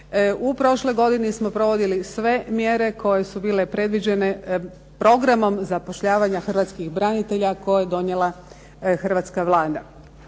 U prošloj godini smo provodili sve mjere koje su bile predviđene programom zapošljavanja hrvatskih branitelja koje je donijela hrvatska Vlada.